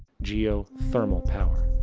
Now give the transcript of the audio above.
geothermal power.